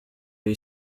jej